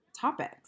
topics